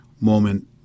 moment